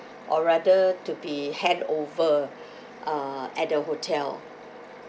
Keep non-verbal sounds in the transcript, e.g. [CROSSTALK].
I'd rather to be hand over [BREATH] uh at the hotel